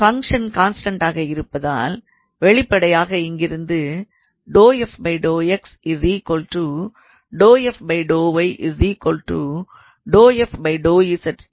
function கான்ஸ்டண்டாக இருப்பதால் வெளிப்படையாக இங்கிருந்து 0 என்றாகும்